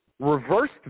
reversed